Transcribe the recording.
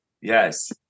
Yes